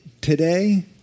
today